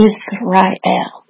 Israel